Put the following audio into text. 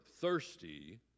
thirsty